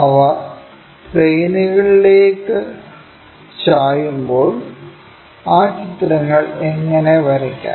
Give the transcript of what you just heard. അവ പ്ലെയിനുകളിലേക്ക് ചായുമ്പോൾ ആ ചിത്രങ്ങൾ എങ്ങനെ വരയ്ക്കാം